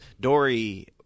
Dory